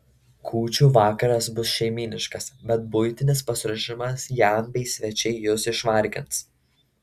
kūčių vakaras bus šeimyniškas bet buitinis pasiruošimas jam bei svečiai jus išvargins